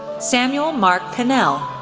samuel mark pennell,